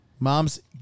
moms